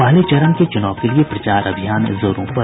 पहले चरण के चुनाव के लिए प्रचार अभियान जोरों पर